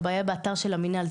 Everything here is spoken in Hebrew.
הבעיה היא באתר של המנהל,